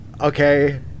Okay